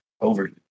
over